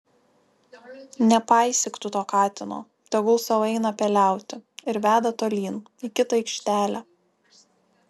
nepaisyk tu to katino tegul sau eina peliauti ir veda tolyn į kitą aikštelę